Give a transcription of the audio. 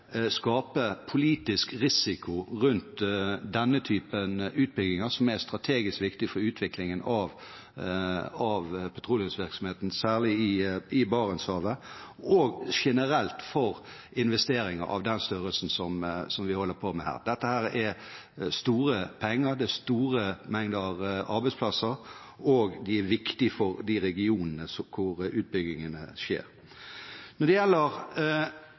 skape politisk risiko rundt denne typen utbygginger, som er strategisk viktige for utviklingen av petroleumsvirksomheten, særlig i Barentshavet, og generelt for investeringer av den størrelsen som vi holder på med her. Dette er store penger, det er mange arbeidsplasser, og de er viktige for de regionene hvor utbyggingene skjer. Når det gjelder